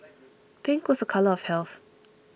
pink was a colour of health